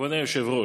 כבוד היושב-ראש.